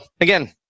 again